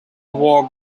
war